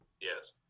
Yes